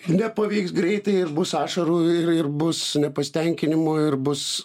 nepavyks greitai ir bus ašarų ir ir bus nepasitenkinimo ir bus